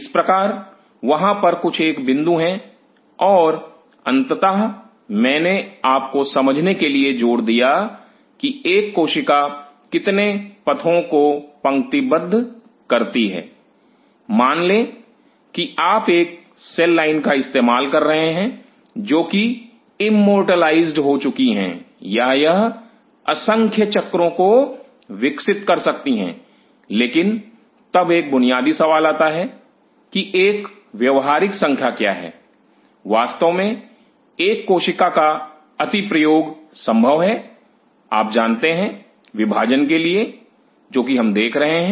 इस प्रकार वहां पर कुछ एक बिंदु है और अंततः मैंने आपको समझने के लिए जोर दिया कि एक कोशिका कितने पथो को पंक्तिबद्ध करती है मान ले कि आप एक सेल लाइन का इस्तेमाल कर रहे हैं जो कि इम्मोर्टलाईजड हो चुकी हैं या यह असंख्य चक्रों को विकसित कर सकती हैं लेकिन तब एक बुनियादी सवाल आता है कि एक व्यवहारिक संख्या क्या है वास्तव में एक कोशिका का अतिप्रयोग संभव है आप जानते हैं विभाजन के लिए जो कि हम देख रहे हैं